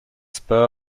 spur